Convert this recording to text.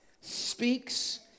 speaks